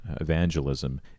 evangelism